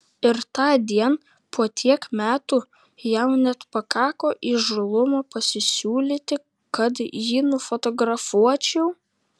ir tądien po tiek metų jam net pakako įžūlumo pasisiūlyti kad jį nufotografuočiau